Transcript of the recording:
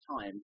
time